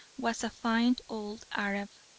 was a fine old arab,